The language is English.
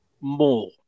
more